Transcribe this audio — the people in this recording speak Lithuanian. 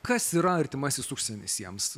kas yra artimasis užsienis jiems